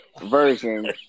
version